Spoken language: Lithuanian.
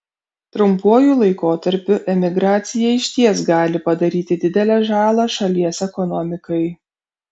trumpuoju laikotarpiu emigracija išties gali padaryti didelę žalą šalies ekonomikai